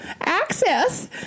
access